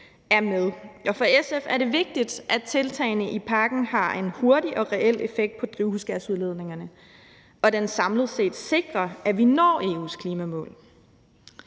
er med, og for SF er det vigtigt, at tiltagene i pakken har en hurtig og reel effekt på drivhusgasudledningerne, og at den samlet set sikrer, at vi når EU's klimamål.